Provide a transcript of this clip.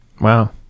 wow